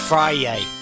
Friday